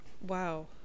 Wow